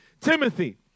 Timothy